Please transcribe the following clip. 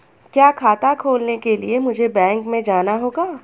क्या खाता खोलने के लिए मुझे बैंक में जाना होगा?